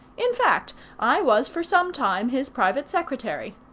in fact, i was for some time his private secretary.